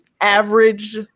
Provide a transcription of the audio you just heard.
average